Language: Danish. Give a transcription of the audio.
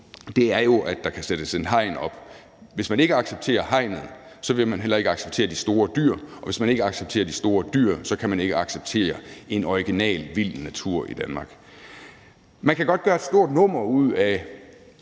natur jo, at der kan sættes et hegn op. Hvis man ikke accepterer hegnet, vil man heller ikke acceptere de store dyr, og hvis man ikke accepterer de store dyr, så kan man ikke acceptere en original, vild natur i Danmark. Man kan godt gøre et stort nummer ud af